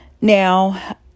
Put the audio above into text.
Now